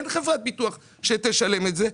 אין חברת ביטוח שתשלם את זה.